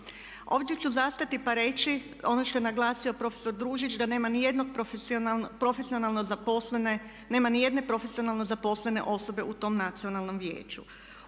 Ovdje ću zastati pa reći ono što je naglasio prof. Družić da nema ni jedne profesionalno zaposlene osobe u tom Nacionalnom vijeću.